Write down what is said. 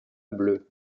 bleu